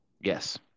yes